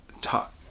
talk